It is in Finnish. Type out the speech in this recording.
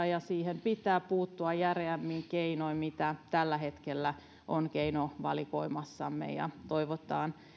ja siihen pitää puuttua järeämmin keinoin kuin mitä tällä hetkellä on keinovalikoimassamme toivotaan